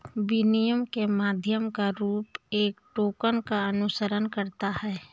विनिमय के माध्यम का रूप एक टोकन का अनुसरण करता है